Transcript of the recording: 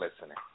listening